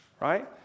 right